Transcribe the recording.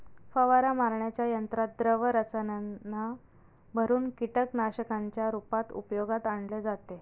फवारा मारण्याच्या यंत्रात द्रव रसायनांना भरुन कीटकनाशकांच्या रूपात उपयोगात आणले जाते